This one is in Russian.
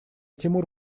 тимур